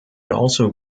also